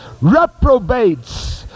reprobates